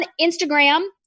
Instagram